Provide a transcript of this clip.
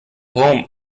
home